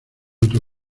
otro